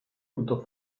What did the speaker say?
unter